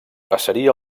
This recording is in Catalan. passaria